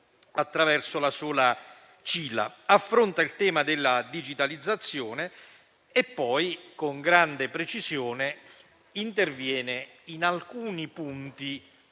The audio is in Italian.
della sola CILA. Si affronta il tema della digitalizzazione e poi, con grande precisione, si interviene in alcuni punti